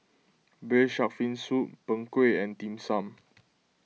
Braised Shark Fin Soup Png Kueh and Dim Sum